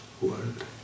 world